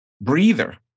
breather